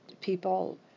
people